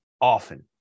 often